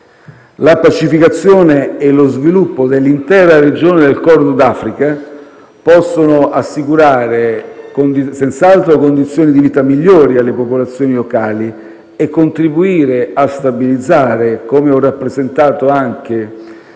La pacificazione e lo sviluppo dell'intera regione del Corno d'Africa possono assicurare senz'altro condizioni di vita migliori alle popolazioni locali e contribuire a stabilizzare - come ho rappresentato anche